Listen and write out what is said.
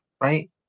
right